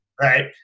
right